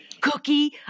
cookie